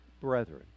brethren